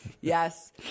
Yes